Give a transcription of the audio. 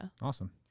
Awesome